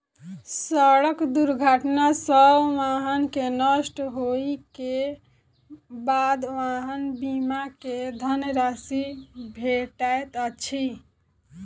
सड़क दुर्घटना सॅ वाहन के नष्ट होइ के बाद वाहन बीमा के धन राशि भेटैत अछि